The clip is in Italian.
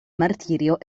martirio